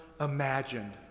imagined